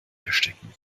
verstecken